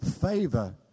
favor